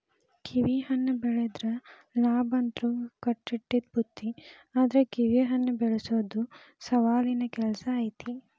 ಕಿವಿಹಣ್ಣ ಬೆಳದ್ರ ಲಾಭಂತ್ರು ಕಟ್ಟಿಟ್ಟ ಬುತ್ತಿ ಆದ್ರ ಕಿವಿಹಣ್ಣ ಬೆಳಸೊದು ಸವಾಲಿನ ಕೆಲ್ಸ ಐತಿ